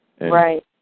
Right